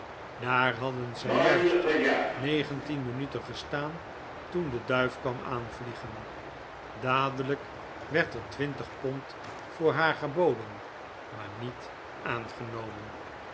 daar hadden zij juist negentien minuten gestaan toen de duif kwam aanvliegen dadelijk werd er twintig pond voor haar geboden maar niet aangenomen